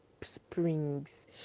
springs